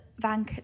Van